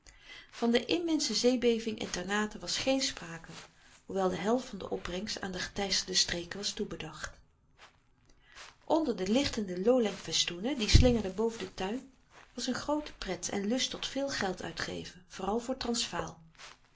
van de immense zeebeving in ternate was geen sprake hoewel de helft van de opbrengst aan de geteisterde streken was toebedacht onder de lichtende loleng festoenen die slingerden boven den tuin was een groote pret en lust tot veel geld uitgeven vooral voor transvaal